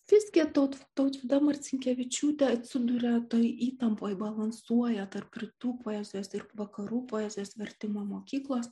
visgi taut tautvyda marcinkevičiūtė atsiduria toj įtampoj balansuoja tarp rytų poezijos ir vakarų poezijos vertimo mokyklos